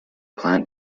plant